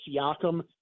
Siakam